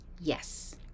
Yes